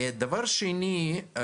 דבר שני,